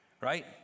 right